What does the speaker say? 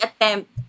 attempt